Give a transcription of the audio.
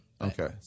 Okay